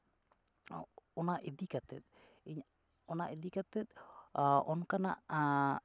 ᱚᱱᱟ ᱤᱫᱤ ᱠᱟᱛᱮ ᱤᱧ ᱚᱱᱟ ᱤᱫᱤ ᱠᱟᱛᱮᱫ ᱚᱱᱠᱟᱱᱟᱜ